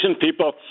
people